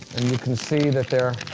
and you can see that they're